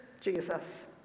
Jesus